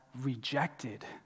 rejected